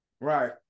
Right